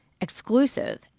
exclusive